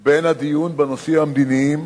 בין הדיון בנושאים המדיניים